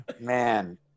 man